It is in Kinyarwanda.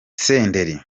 senderi